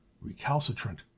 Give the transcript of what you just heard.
recalcitrant